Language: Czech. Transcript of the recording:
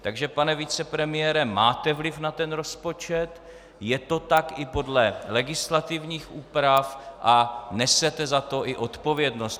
Takže pane vicepremiére, máte vliv na ten rozpočet, je to tak i podle legislativních úprav a nesete za to i odpovědnost.